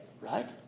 right